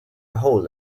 hole